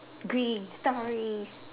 green stories